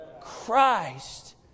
Christ